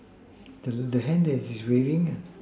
the the hand that is waving ah